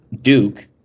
Duke